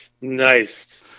nice